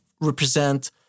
represent